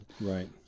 Right